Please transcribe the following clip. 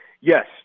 yes